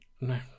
No